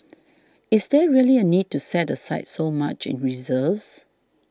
is there really a need to set aside so much in reserves